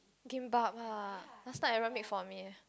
kimbab ah last night Aaron make for me eh